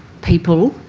people,